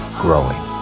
growing